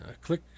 click